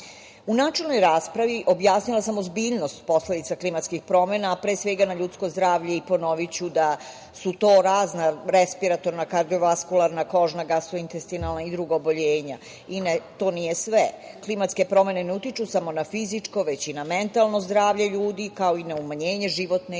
načelnoj raspravi objasnila sam ozbiljnost posledica klimatskih promena, a pre svega na ljudsko zdravlje i ponoviću da su to razna respiratorna, kardiovaskularna, kožna, gastrointestilna i druga oboljenja i to nije sve, klimatske promene ne utiču samo na fizičko, već i na mentalno zdravlje ljudi, kao i na umanjenje životne i radne